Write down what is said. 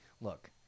look